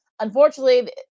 Unfortunately